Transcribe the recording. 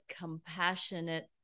Compassionate